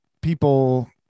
people